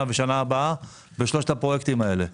או בשנה הבאה בשלושת הפרויקטים האלה.